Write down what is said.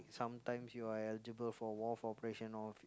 sometimes you are eligible for wharf operation all